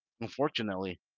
Unfortunately